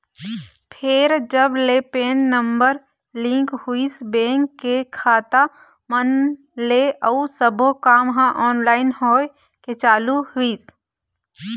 फेर जब ले पेन नंबर लिंक होइस बेंक के खाता मन ले अउ सब्बो काम ह ऑनलाइन होय के चालू होइस